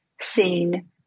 seen